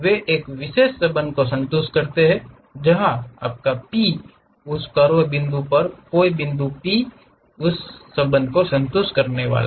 वे एक विशेष संबंध को संतुष्ट करते हैं जहां आपका P उस कर्व पर कोई बिंदु p के इस संबंध को संतुष्ट करने वाला है